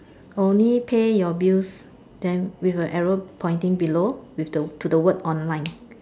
only pay your bills then with a arrow pointing below with the to the word online